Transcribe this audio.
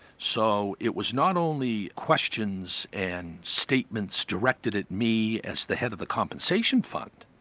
so it was not only questions and statements directed at me as the head of the compensation fund,